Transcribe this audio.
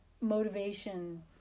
motivation